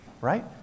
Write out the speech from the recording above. right